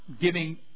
giving